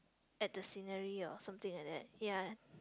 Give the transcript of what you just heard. at the scenery or something like that ya